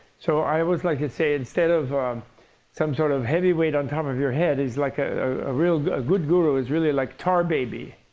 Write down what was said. so i always like to say instead of um some sort of heavy weight on top of your head, he's like ah a real a good guru is really like tar baby.